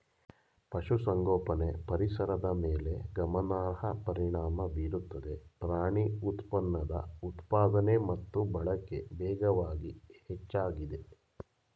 ಪಶುಸಂಗೋಪನೆ ಪರಿಸರದ ಮೇಲೆ ಗಮನಾರ್ಹ ಪರಿಣಾಮ ಬೀರುತ್ತದೆ ಪ್ರಾಣಿ ಉತ್ಪನ್ನದ ಉತ್ಪಾದನೆ ಮತ್ತು ಬಳಕೆ ವೇಗವಾಗಿ ಹೆಚ್ಚಾಗಿದೆ